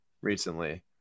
recently